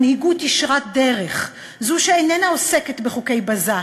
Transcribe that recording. מנהיגות ישרת דרך, זו שאיננה עוסקת בחוקי בזק,